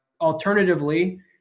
alternatively